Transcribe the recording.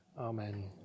amen